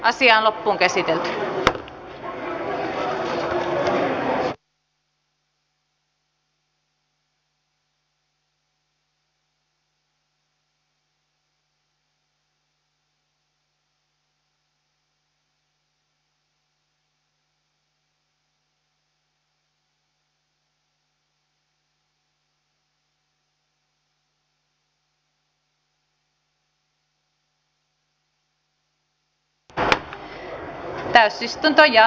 asia on loppuun käsitelty